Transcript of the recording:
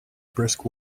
brisk